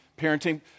parenting